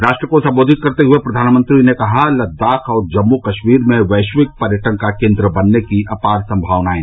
राष्ट्र को सम्बोधित करते हुए प्रधानमंत्री ने कहा लद्दाख और जम्मू कश्मीर में वैश्विक पर्यटन का केन्द्र बनने की अपार संभावनाएं